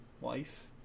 wife